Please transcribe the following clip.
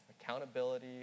accountability